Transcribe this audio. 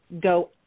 go